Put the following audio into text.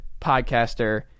podcaster